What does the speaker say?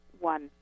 one